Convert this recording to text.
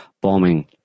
bombing